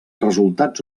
resultats